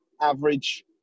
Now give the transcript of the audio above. average